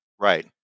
right